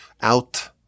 out